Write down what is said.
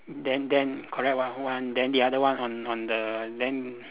then then correct [what] one then the other one on on the then